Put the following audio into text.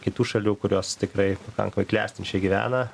kitų šalių kurios tikrai pakankamai klestinčiai gyvena